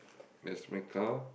that's my car